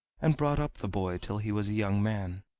and brought up the boy till he was a young man.